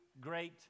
Great